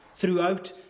throughout